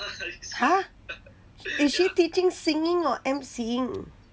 !huh! is she teaching singing or emceeing